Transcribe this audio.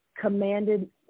commanded